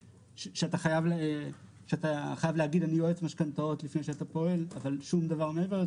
שאתה חייב להגיד "אני יועץ משכנתאות" לפני שאתה פועל אבל שום דבר מעבר,